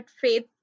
faith